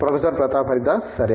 professor Pratap Haridas సరే